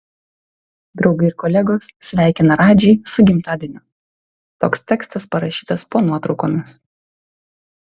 draugai ir kolegos sveikina radžį su gimtadieniu toks tekstas parašytas po nuotraukomis